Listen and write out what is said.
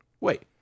Wait